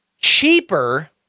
cheaper